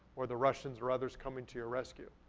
or the russians, or others coming to your rescue.